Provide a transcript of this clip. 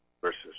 versus